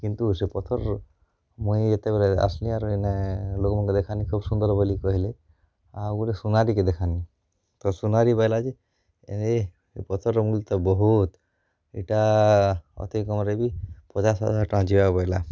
କିନ୍ତୁ ସେ ପଥର୍ ମୁଇଁ ଯେତେବେଳେ ଆସ୍ନି ଆରୁ ଇନେ ଲୋକ୍ମାନ୍କେ ଦେଖାନି ଖୋବ୍ ସୁନ୍ଦର୍ ବୋଲି କହେଲେ ଆଉ ଗୋଟେ ସୁନାରୀକେ ଦେଖାନି ତ ସୁନାରୀ ବଏଲା ଯେ ଇ ପଥର୍ର ମୁଲ୍ ତ ବୋହୁତ୍ ଇଟା ଅତି କମ୍ରେ ବି ପଚାଶ୍ ହଜାର୍ ଟଙ୍କା ଯିବା ବୋଏଲା